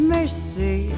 Mercy